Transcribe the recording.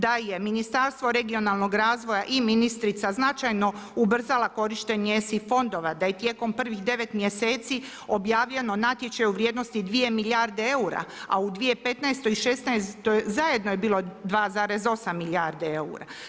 Da je Ministarstvo regionalnog razvoja i ministrica značajno ubrzala korištenje ESI fondova da je tijekom prvih 9 mjeseci objavljeno natječaj u vrijednosti 2 milijarde eura, a u 2015. i šesnaestoj zajedno je bilo 2,8 milijarde eura.